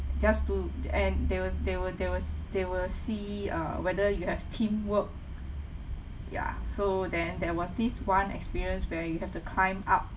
just to and they will they will they will they will see uh whether you have teamwork ya so then there was this one experience where you have to climb up